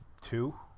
two